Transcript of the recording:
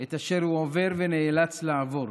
את אשר הוא עובר ונאלץ לעבור.